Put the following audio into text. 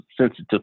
sensitive